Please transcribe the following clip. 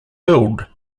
build